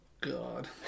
God